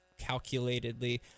calculatedly